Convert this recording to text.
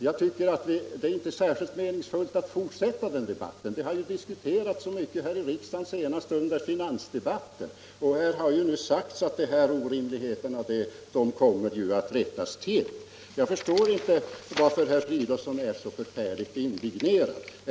Jag tycker inte det är särskilt meningsfullt att fortsätta den debatten, eftersom detta vid det här laget har diskuterats så mycket i riksdagen, senast under finansdebatten, och det då har sagts att dessa orimligheter kommer att rättas till. Därför förstår jag inte varför herr Fridolfsson är så förfärligt indignerad nu.